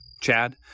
Chad